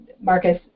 Marcus